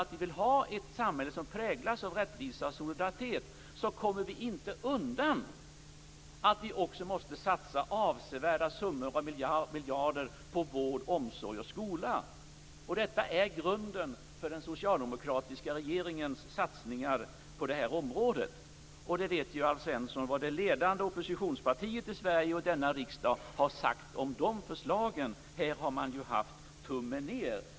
Om vi vill ha ett samhälle som präglas av rättvisa och solidaritet kan vi inte undvika att satsa avsevärda miljarder på vård, omsorg och skola. Detta är grunden för den socialdemokratiska regeringens satsningar på detta område. Alf Svensson vet vad det ledande oppositionspartiet i Sverige och i denna riksdag har sagt om de förslagen. Man har gjort tummen ned.